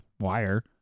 wire